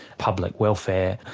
public welfare,